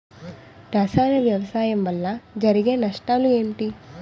రసాయన వ్యవసాయం వల్ల జరిగే నష్టాలు ఏంటి?